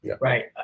Right